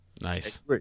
Nice